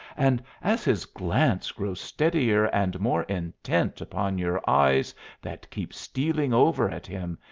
and as his glance grows steadier and more intent upon your eyes that keep stealing over at him,